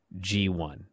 G1